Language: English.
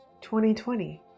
2020